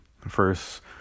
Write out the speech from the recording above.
first